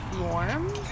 warm